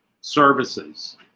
services